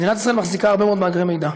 מדינת ישראל מחזיקה הרבה מאוד מאגרי מידע,